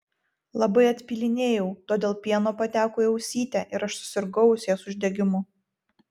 labai atpylinėjau todėl pieno pateko į ausytę ir aš susirgau ausies uždegimu